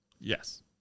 Yes